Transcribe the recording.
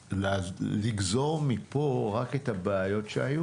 לגזור מפה רק את הבעיות שהיו